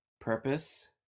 purpose